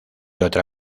otra